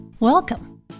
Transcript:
Welcome